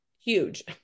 huge